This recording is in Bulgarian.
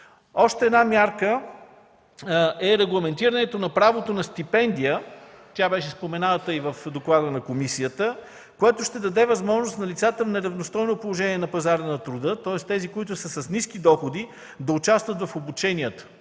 Още една мярка е регламентирането на правото на стипендия – тя беше спомената и в доклада на комисията – което ще даде възможност на лицата в неравностойно положение на пазара на труда, тоест тези с ниски доходи, да участват в обученията,